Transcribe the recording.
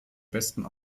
besten